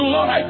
Lord